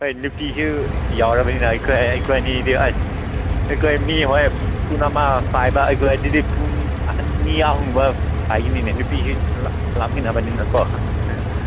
ꯍꯣꯏ ꯅꯨꯄꯤꯁꯨ ꯌꯥꯎꯔꯕꯅꯤꯅ ꯑꯩꯈꯣꯏ ꯑꯩꯈꯣꯏ ꯑꯅꯤꯗ ꯑꯁ ꯑꯩꯈꯣꯏ ꯃꯤ ꯍꯣꯏ ꯄꯨꯡ ꯑꯃ ꯄꯥꯏꯕ ꯑꯩꯈꯣꯏ ꯑꯗꯨꯗꯤ ꯄꯨꯡ ꯑꯅꯤ ꯑꯍꯨꯝꯒꯨꯝꯕ ꯄꯥꯏꯒꯅꯤꯅꯦ ꯅꯨꯄꯤꯁꯨ ꯂꯥꯛꯃꯤꯟꯅꯕꯅꯤꯅꯀꯣ